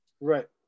Right